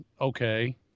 Okay